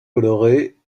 colorées